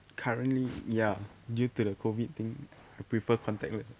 currently ya due to the COVID thing I prefer contactless ah